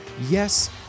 Yes